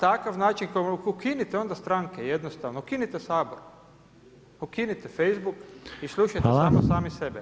Takav način, ukinite onda stranke jednostavno, ukinite Sabor, ukinite Facebook i slušajmo samo sami sebe.